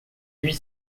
huit